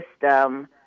system